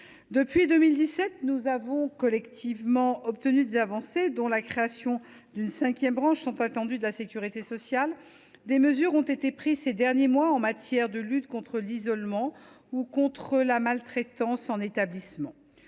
Depuis 2017, nous avons collectivement obtenu des avancées, telles que la création de la tant attendue cinquième branche de la sécurité sociale. Des mesures ont encore été prises ces derniers mois en matière de lutte contre l’isolement ou contre la maltraitance en établissement.